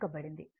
వాస్తవానికి 0